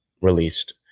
released